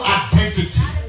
identity